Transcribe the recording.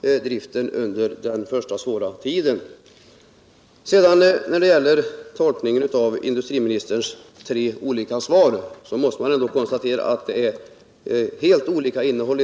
driften under den första svåra tiden. När det gäller tolkningen av industriministerns tre olika svar måste man ändå konstatera att dessa har helt olika innehåll.